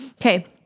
Okay